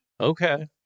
Okay